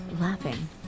laughing